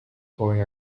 going